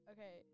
Okay